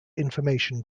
information